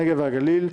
הנגב והגליל,